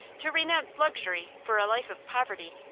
to renounce luxury for a life of poverty,